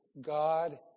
God